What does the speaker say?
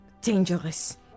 dangerous